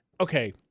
Okay